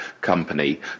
company